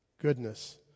goodness